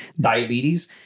diabetes